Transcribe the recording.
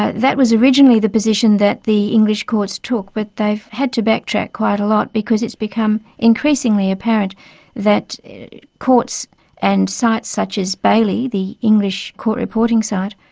ah that was originally the position that the english courts talk, but they've had to backtrack quite a lot because it's become increasingly apparent that courts and sites such as bailii, the english court reporting site,